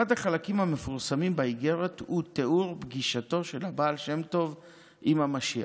אחד החלקים המפורסמים באיגרת הוא תיאור פגישתו של הבעל שם טוב עם המשיח.